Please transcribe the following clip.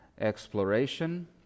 exploration